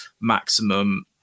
maximum